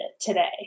today